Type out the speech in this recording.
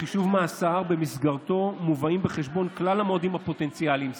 חישוב מאסר שבמסגרתו מובאים בחשבון כלל המועדים הפוטנציאליים.